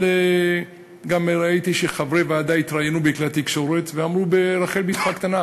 אבל גם ראיתי שחברי ועדה התראיינו בכלי התקשורת ואמרו ברחל בתך הקטנה: